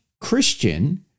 Christian